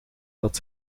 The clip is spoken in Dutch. dat